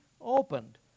opened